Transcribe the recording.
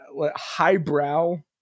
highbrow